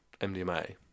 MDMA